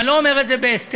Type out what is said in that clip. ואני לא אומר את זה בהסתר,